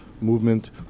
movement